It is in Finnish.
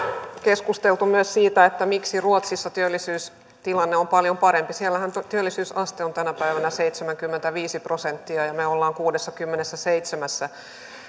keskusteltu myös siitä miksi ruotsissa työllisyystilanne on paljon parempi siellähän työllisyysaste on tänä päivänä seitsemänkymmentäviisi prosenttia ja me olemme kuudessakymmenessäseitsemässä